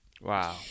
Wow